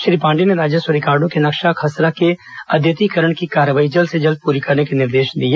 श्री पांडेय ने राजस्व रिकार्डो के नक्शा खसरा के अद्यतीकरण की कार्यवाही जल्द से जल्द पूरी करने के निर्देश भी दिए